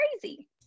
crazy